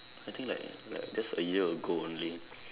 I think like like just a year ago only